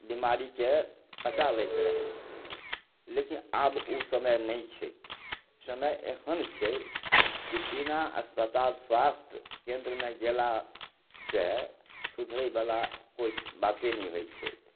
बीमारीके पचा लैत रहय लेकिन आब ओ समय नहि छै समय एहन छै जे बिना अस्पताल स्वास्थ्य केन्द्रमे गेलासँ सुधरयवला कोइ बाते नहि होइ छै